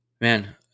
man